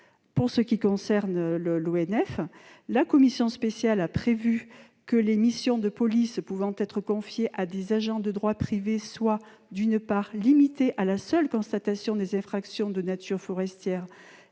pour ce qui est de l'ONF, elle a prévu que les missions de police pouvant être confiées à des agents de droit privé soient, d'une part, limitées à la seule constatation des infractions de nature forestière